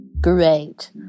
Great